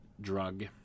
drug